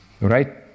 right